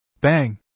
Bang